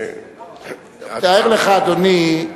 תאר לך, אדוני,